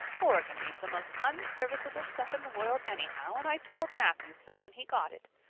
organdy's the most unserviceable stuff in the world anyhow, and i told matthew so when he got it.